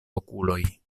okuloj